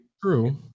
True